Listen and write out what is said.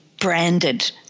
branded